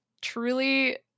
Truly